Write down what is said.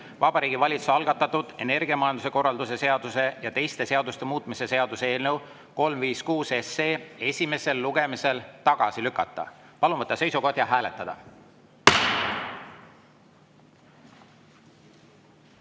Vabariigi Valitsuse algatatud energiamajanduse korralduse seaduse ja teiste seaduste muutmise seaduse eelnõu 356 esimesel lugemisel tagasi lükata. Palun võtta seisukoht ja hääletada!